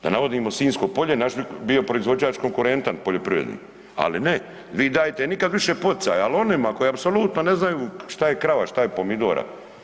Da navodnimo Sinjsko polje, naš bi bio proizvođač konkurentan poljoprivredni, ali ne, vi dajete nikad više poticajima, ali onima koji apsolutno ne znaju što je krava, što je pomidora.